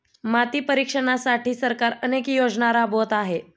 माती परीक्षणासाठी सरकार अनेक योजना राबवत आहे